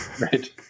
right